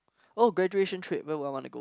oh graduation trip where will I want to go